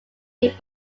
made